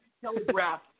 Telegraph